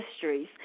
histories